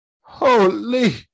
holy